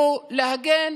הוא להגן